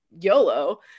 YOLO